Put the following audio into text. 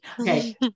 okay